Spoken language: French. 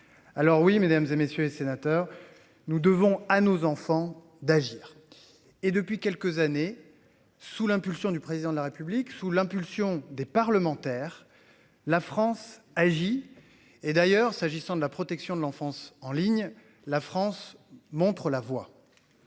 Alors oui, mesdames, et messieurs les sénateurs. Nous devons à nos enfants d'agir et depuis quelques années sous l'impulsion du président de la République sous l'impulsion des parlementaires. La France agit et d'ailleurs s'agissant de la protection de l'enfance en ligne. La France montre la voie.